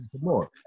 more